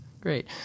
Great